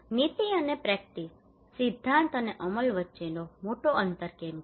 નીતિ અને પ્રેક્ટિસ સિદ્ધાંત અને અમલ વચ્ચેનો મોટો અંતર કેમ છે